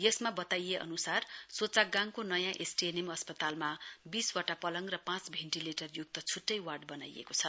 यसमा बताइए अनुसार सोचाकगाङको नयाँ एसटीएनएम अस्पतालमा बीसवटा पलङ र पाँच भेन्टिलेटरयुक्त छुट्टै वार्ड बनाईएको छ